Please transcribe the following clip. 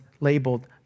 labeled